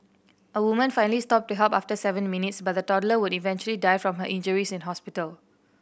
a woman finally stopped to help after seven minutes but the toddler would eventually die from her injuries in hospital